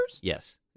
yes